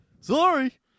Sorry